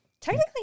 Technically